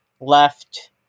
left